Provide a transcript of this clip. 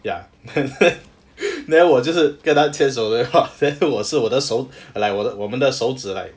ya then then 我就是跟她牵手 then halfway 我是我的手 like 我们的手指 like